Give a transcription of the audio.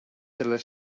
les